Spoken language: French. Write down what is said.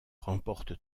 remporte